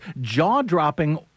jaw-dropping